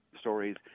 stories